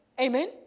Amen